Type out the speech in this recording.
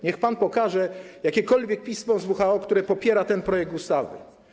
Niech pan pokaże jakiekolwiek pismo z WHO, które popiera ten projekt ustawy.